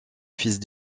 fils